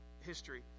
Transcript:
history